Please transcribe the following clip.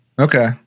Okay